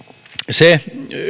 se